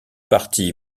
parti